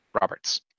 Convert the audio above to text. Robert's